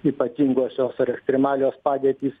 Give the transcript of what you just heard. ypatingosios ar ekstremalios padėtys